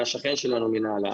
אתה שכן שלנו מלמעלה,